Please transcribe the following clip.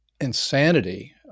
insanity